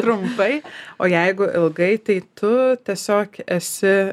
trumpai o jeigu ilgai tai tu tiesiog esi